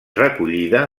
recollida